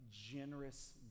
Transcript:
generous